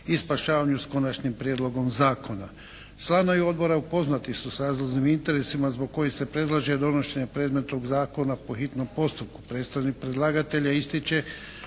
Hvala.